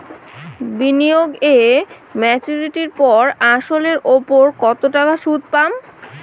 বিনিয়োগ এ মেচুরিটির পর আসল এর উপর কতো টাকা সুদ পাম?